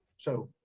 so